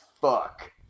fuck